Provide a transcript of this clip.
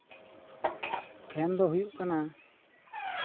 fan ᱫᱚ ᱦᱩᱭᱩᱜ ᱠᱟᱱᱟ